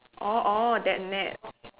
orh orh that net